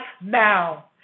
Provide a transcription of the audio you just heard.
now